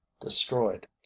destroyed